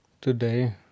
today